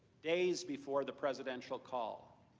days before the presidential call.